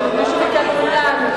אם מישהו מכם מעוניין.